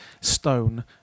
stone